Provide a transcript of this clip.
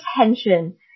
attention